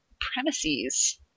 premises